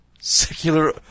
Secular